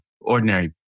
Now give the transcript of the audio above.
Ordinary